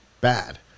bad